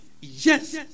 yes